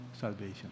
salvation